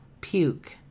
puke